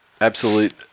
Absolute